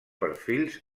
perfils